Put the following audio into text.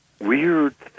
weird